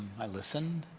i listened,